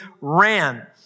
ran